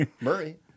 Murray